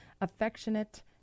affectionate